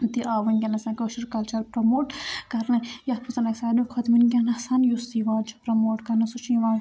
تہِ آو وُنکیٚس کٲشُر کَلچَر پرٛیٚموٹ کَرنہٕ یَتھ منٛز اسہِ ساروٕے کھۄتہٕ وُنکیٚس یُس یِوان چھُ پرٛیٚموٹ کَرنہٕ سُہ چھِ یِوان